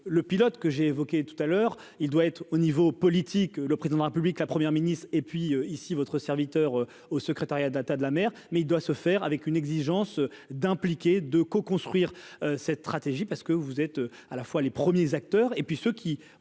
le pilote que j'ai évoqué tout à l'heure, il doit être au niveau politique, le président de la République, la première ministre et puis ici, votre serviteur, au secrétariat Data de la mer, mais il doit se faire avec une exigence d'impliquer de co-construire cette stratégie parce que vous êtes à la fois les premiers acteurs et puis ce qui